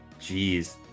jeez